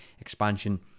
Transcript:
expansion